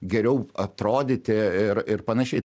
geriau atrodyti ir ir panašiai